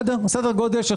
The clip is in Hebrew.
סדר גודל,